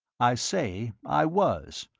i say i was.